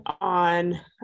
on